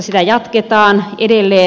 sitä jatketaan edelleen